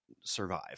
survive